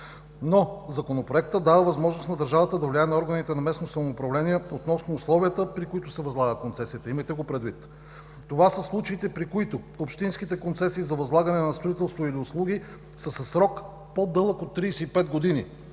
Но Законопроектът дава възможност на държавата да влияе на органите на местното самоуправление относно условията, при които се възлага концесията, имайте го предвид. Това са случаите, при които общинските концесии за възлагане на строителство или услуги са със срок по-дълъг от 35 години.